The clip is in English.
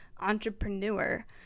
entrepreneur